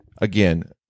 again